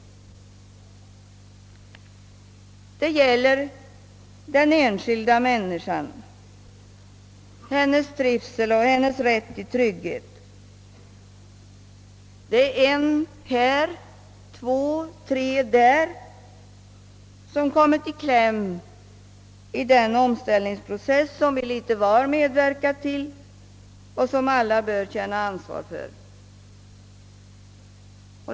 Det gäller den enskilda människan, hennes trivsel och hennes rätt till trygghet. Det är en människa här, två eller tre där, som kommit i kläm i den omställningsprocess som vi litet var medverkar till och som alla bör känna ansvar för.